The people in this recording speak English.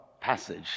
passage